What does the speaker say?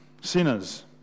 sinners